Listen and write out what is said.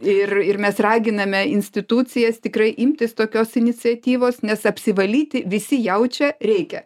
ir ir mes raginame institucijas tikrai imtis tokios iniciatyvos nes apsivalyti visi jaučia reikia